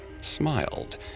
smiled